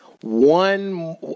one